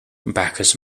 bacchus